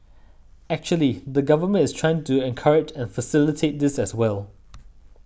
actually the Government is trying to encourage and facilitate this as well